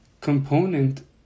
component